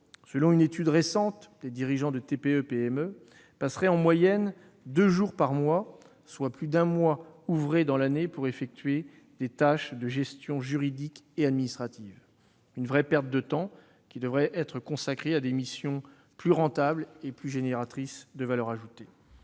Selon une étude récente, les dirigeants de TPE-PME passeraient en moyenne deux jours par mois, soit plus d'un mois ouvré dans l'année, à effectuer des tâches de gestion juridique et administrative ! C'est une vraie perte de temps. Ces périodes devraient être consacrées à des missions plus rentables et génératrices de valeur ajoutée.